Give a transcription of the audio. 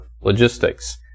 logistics